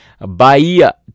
Bahia